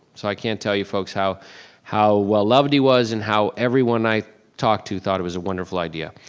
so i can't tell you folks how how well loved he was, and how everyone i talked to thought it was a wonderful idea.